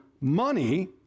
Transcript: money